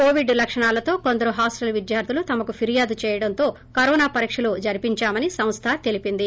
Covid లక్షణాలతో కొందరు hostel విద్యార్లు తమకు పిర్వాదు చేయడంతో కరోనా పరీక్షలు జరిపించామని సంస్థ తెలిపింది